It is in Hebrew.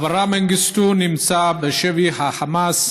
אברה מנגיסטו נמצא בשבי החמאס